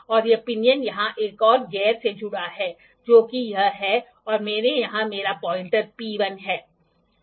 और यह पिनियन यहाँ एक और गियर से जुड़ा है जो कि यह है और मेरे यहाँ मेरा पॉइंटर P1 है